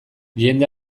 jende